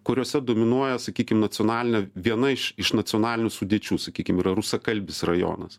kuriuose dominuoja sakykim nacionalinė viena iš iš nacionalinių sudėčių sakykim yra rusakalbis rajonas